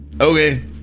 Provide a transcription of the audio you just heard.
Okay